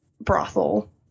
brothel